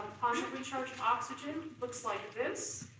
positively charged oxygen looks like this,